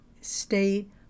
state